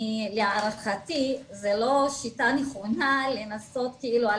להערכתי זה לא שיטה נכונה לנסות כאילו על